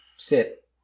Sit